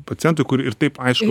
pacientui kur ir taip aišku